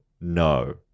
No